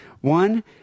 one